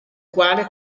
quale